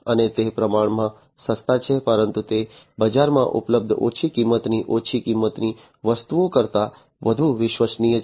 અને તે પ્રમાણમાં સસ્તા છે પરંતુ તે બજારમાં ઉપલબ્ધ ઓછી કિંમતની ઓછી કિંમતની વસ્તુઓ કરતાં વધુ વિશ્વસનીય છે